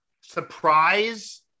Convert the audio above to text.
surprise